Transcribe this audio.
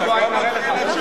טוב.